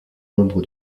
membre